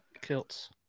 kilts